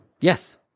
Yes